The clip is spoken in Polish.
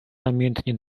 namiętnie